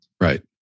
Right